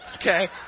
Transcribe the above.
Okay